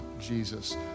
Jesus